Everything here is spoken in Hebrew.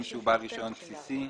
שהוא בעל רישיון בסיסי